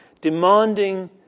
demanding